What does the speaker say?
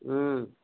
ও